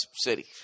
city